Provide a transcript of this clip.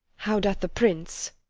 how doth the prince?